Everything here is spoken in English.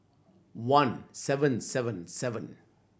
one seven seven seven